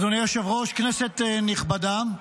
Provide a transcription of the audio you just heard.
אדוני היושב-ראש, כנסת נכבדה,